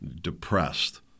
Depressed